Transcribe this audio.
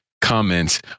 comments